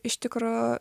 iš tikro